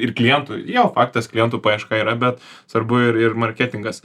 ir klientui jo faktas klientų paieška yra bet svarbu ir ir marketingas